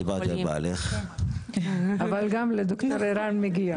דיברתי על בעלך אבל גם לד"ר ערן מגיע.